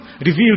revealed